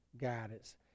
guidance